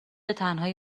تنهایی